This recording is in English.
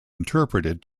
interpreted